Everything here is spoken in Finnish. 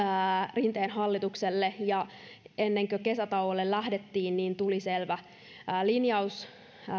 rinteen hallitukselle ja ennen kuin kesätauolle lähdettiin tuli selvä linjaus